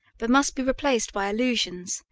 but must be replaced by allusions,